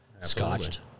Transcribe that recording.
scotched